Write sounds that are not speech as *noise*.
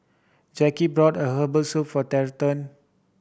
Jackie brought herbal soup for *unintelligible*